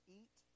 eat